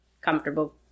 comfortable